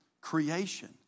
creation